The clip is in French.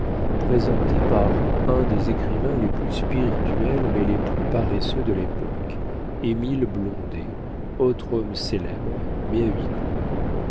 présenté par un des écrivains les plus spirituels mais les plus paresseux de l'époque émile blondet autre homme célèbre mais à huis clos